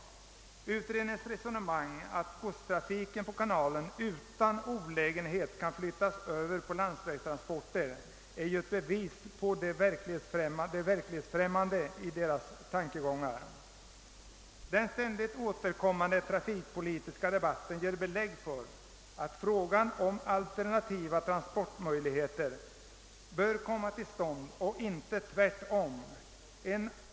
Utredningens resonemang att godstrafiken på kanalen utan olägenheter kan flyttas över på lastbilstransporter är ju bevis för det verklighetsfrämmande i utredningens tankegångar. Den ständigt återkommande trafikpolitiska debatten ger belägg för, att man bör försöka få till stånd alternativa transportmöjligheter till landsvägstransporterna.